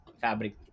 fabric